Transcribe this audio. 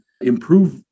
improve